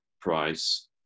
price